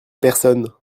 personne